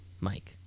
Mike